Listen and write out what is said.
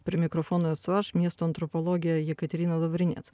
prie mikrofono esu aš miesto antropologė jekaterina lavrinėc